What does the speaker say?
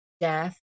death